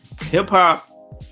Hip-hop